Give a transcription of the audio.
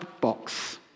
box